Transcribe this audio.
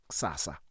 sasa